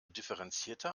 differenzierter